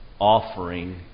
offering